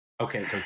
okay